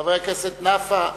חבר הכנסת נפאע,